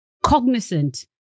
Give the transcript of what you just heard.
cognizant